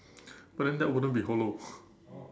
but then that wouldn't be hollow